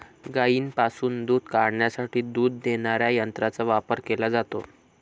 गायींपासून दूध काढण्यासाठी दूध देणाऱ्या यंत्रांचा वापर केला जातो